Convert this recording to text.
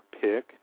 pick